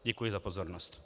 Děkuji za pozornost.